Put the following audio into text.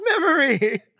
memory